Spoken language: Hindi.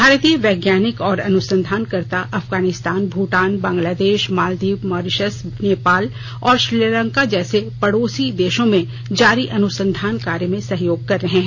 भारतीय वैज्ञानिक और अनुसंधानकर्ता अफगानिस्तान भूटान बांग्लादेश मालदीव मॉरिशस नेपाल और श्रीलंका जैसे पड़ोसी देशों में जारी अनुसंधान कार्य में सहयोग कर रहे हैं